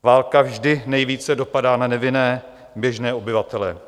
Válka vždy nejvíce dopadá na nevinné běžné obyvatele.